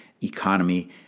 economy